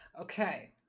Okay